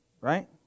right